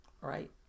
right